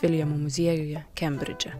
viljamo muziejuje kembridže